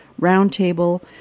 Roundtable